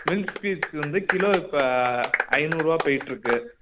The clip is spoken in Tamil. மில்க் ஸ்வீட்ஸ் வந்து கிலோ இப்போ ஐநூறுபா போயிட்ருக்குது